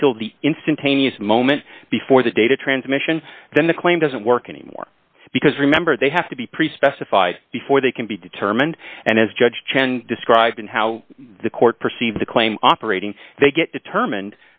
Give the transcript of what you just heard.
until the instantaneous moment before the data transmission then the claim doesn't work anymore because remember they have to be pre specified before they can be determined and as judge chen described how the court perceived the claim operating they get determ